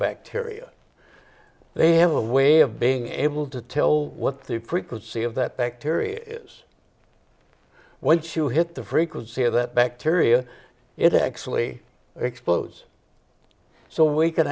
bacteria they have a way of being able to tell what the frequency of that bacteria is once you hit the frequency of that bacteria it actually explodes so we c